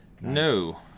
No